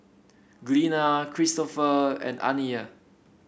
Glenna Kristofer and Aniyah